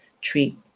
treat